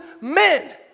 men